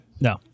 No